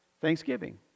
Thanksgiving